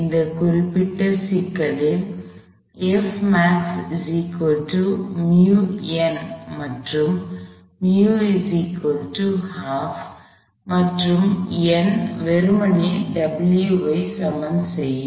இந்த குறிப்பிட்ட சிக்கலில் மற்றும் மற்றும் N வெறுமனே W ஐ சமன் செய்யும்